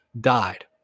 died